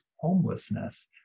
homelessness